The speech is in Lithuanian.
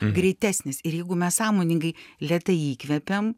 greitesnis ir jeigu mes sąmoningai lėtai įkvepiam